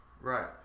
right